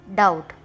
doubt